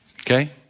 Okay